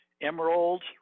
emerald